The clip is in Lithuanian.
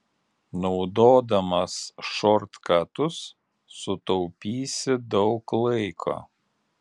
naudodamas šortkatus sutaupysi daug laiko